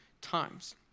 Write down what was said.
times